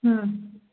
हूं